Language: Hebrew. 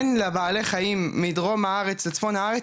אין לבעלי חיים מדרום הארץ לצפון הארץ,